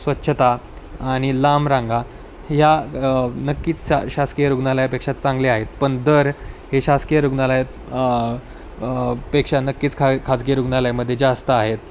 स्वच्छता आणि लांब रांगा ह्या नक्कीच शा शासकीय रुग्णालयापेक्षा चांगल्या आहेत पण दर हे शासकीय रुग्णालया पेक्षा नक्कीच खा खाजगी रुग्णालयामध्ये जास्त आहेत